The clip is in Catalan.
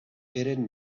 eren